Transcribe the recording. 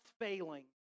failing